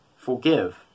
forgive